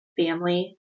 family